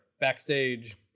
backstage